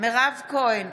מירב כהן,